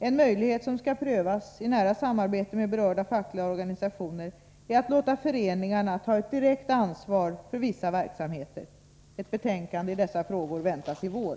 En möjlighet som skall prövas i nära samarbete med berörda fackliga organisationer är att låta föreningarna ta ett direkt ansvar för vissa verksamheter. Ett betänkande i dessa frågor väntas i år.